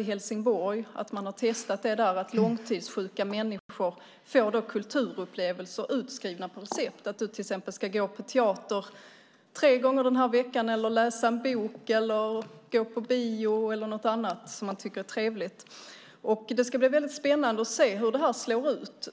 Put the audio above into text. i Helsingborg där långtidssjuka människor får kulturupplevelser utskrivna på recept, till exempel att du ska gå på teater tre gånger under veckan eller läsa en bok, gå på bio eller göra något annat trevligt. Det ska bli spännande att se hur det slår ut.